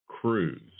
cruise